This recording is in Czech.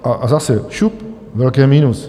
A zase šup, velké minus.